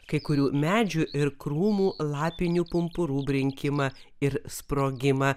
kai kurių medžių ir krūmų lapinių pumpurų brinkimą ir sprogimą